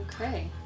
Okay